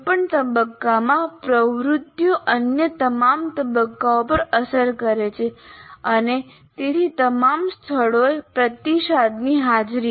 કોઈપણ તબક્કામાં પ્રવૃત્તિઓ અન્ય તમામ તબક્કાઓ પર અસર કરે છે અને તેથી તમામ સ્થળોએ પ્રતિસાદની હાજરી